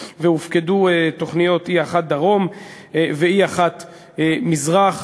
והופקדו תוכניות 1E דרום ו-1E מזרח.